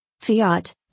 Fiat